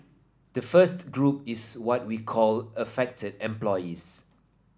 the first group is what we called affected employees